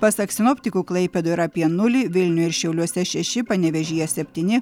pasak sinoptikų klaipėdoj yra apie nulį vilniuje ir šiauliuose šeši panevėžyje septyni